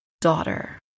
daughter